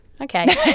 Okay